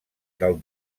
del